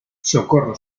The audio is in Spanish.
socorro